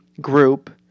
group